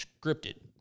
Scripted